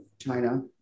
China